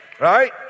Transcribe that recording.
right